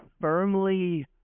firmly